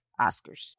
Oscars